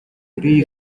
төрийн